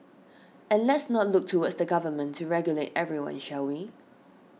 and let's not look towards the government to regulate everyone shall we